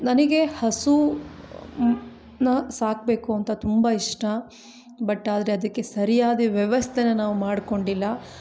ನನಗೆ ಹಸು ಸಾಕಬೇಕು ಅಂತ ತುಂಬ ಇಷ್ಟ ಬಟ್ ಅದರೆ ಅದಕ್ಕೆ ಸರಿಯಾದ ವ್ಯವಸ್ಥೆ ನಾವು ಮಾಡ್ಕೊಂಡಿಲ್ಲ